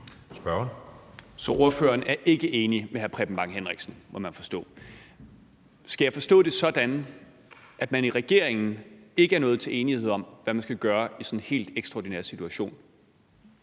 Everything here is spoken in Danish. Så ordføreren er ikke enig med hr. Preben Bang Henriksen, må man forstå. Skal jeg forstå det sådan, at man i regeringen ikke er nået til enighed om, hvad man skal gøre i sådan en helt ekstraordinær situation?